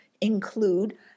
include